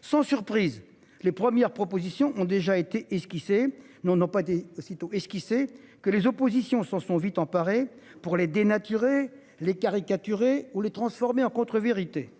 Sans surprise, les premières propositions ont déjà été et ce qui s'est, nous n'non pas été aussitôt et ce qu'sait que les oppositions sont sont vite emparée pour les dénaturer les caricaturer ou les transformer en contre-vérité